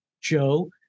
Joe